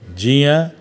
जीअं